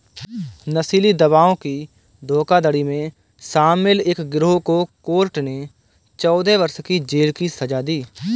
नशीली दवाओं की धोखाधड़ी में शामिल एक गिरोह को कोर्ट ने चौदह वर्ष की जेल की सज़ा दी